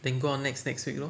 then go out next next week lor